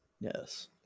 Yes